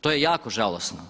To je jako žalosno.